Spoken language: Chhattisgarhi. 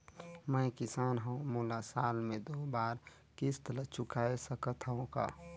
मैं किसान हव मोला साल मे दो बार किस्त ल चुकाय सकत हव का?